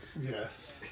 Yes